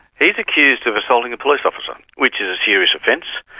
he's accused of assaulting a police officer, which is a serious offence,